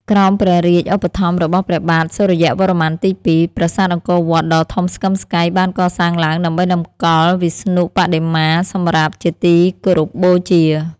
ក្រោមព្រះរាជឧបត្ថម្ភរបស់ព្រះបាទ សូរ្យវរ្ម័នទី២ ប្រាសាទអង្គរវត្តដ៏ធំស្កឹមស្កៃបានកសាងឡើងដើម្បីតម្កល់វិស្ណុបដិមាសម្រាប់ជាទីគោរពបូជា ។